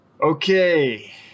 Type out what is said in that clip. Okay